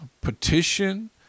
petition